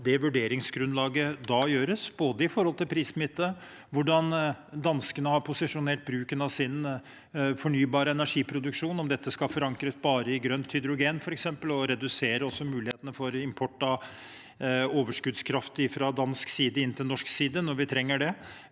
vurderingsgrunnlaget da gjøres, både i forhold til prissmitte, hvordan danskene har posisjonert bruken av sin fornybare energiproduksjon, om dette skal forankres bare i grønt hydrogen, f.eks., og også i forhold til å redusere mulighetene for import av overskuddskraft fra dansk side inn til norsk side når vi trenger det.